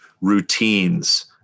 routines